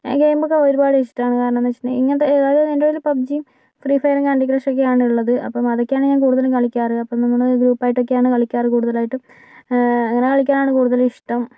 ഗെയിമൊക്കെ ഒരുപാട് ഇഷ്ടാണ് കാരണമെന്ന് വെച്ചിട്ടുണ്ടെങ്കി ഇങ്ങനത്തെ അതായത് എന്റെ കൈയില് പബ്ജിം ഫ്രീഫയറും കാൻഡിക്രഷും ഒക്കെ ആണ് ഉള്ളത് അപ്പോൾ അതൊക്കെ ആണ് ഞാൻ കൂടുതലും കളിക്കാറ് അപ്പോൾ നമ്മള് ഗ്രൂപ്പ് ആയിട്ടൊക്കെ ആണ് കളിക്കാറ് കൂടുതലായിട്ടും അങ്ങനെ കളിക്കാനാണ് കൂടുതലും ഇഷ്ടം